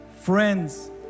friends